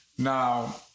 Now